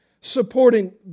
supporting